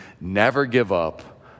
never-give-up